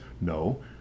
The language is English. no